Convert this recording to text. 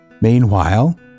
Meanwhile